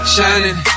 Shining